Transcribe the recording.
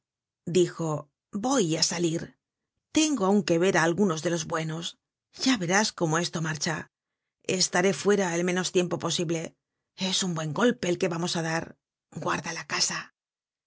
dijo voy á salir tengo aun que ver á algunos de los bue nos ya verás cómo esto marcha estaré fuera el menos tiempo posible es un buen golpe el que vamos á dar guarda la casa